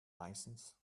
license